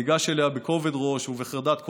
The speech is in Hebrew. וניגש אליה בכובד ראש ובחרדת קודש.